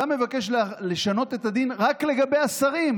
אתה מבקש לשנות את הדין רק לגבי השרים,